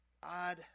God